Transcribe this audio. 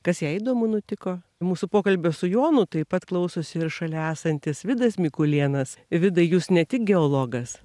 kas jai įdomu nutiko mūsų pokalbio su jonu taip pat klausosi ir šalia esantis vidas mikulėnas vidai jūs ne tik geologas